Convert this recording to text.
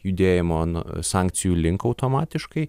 judėjimo n sankcijų link automatiškai